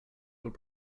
were